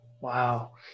Wow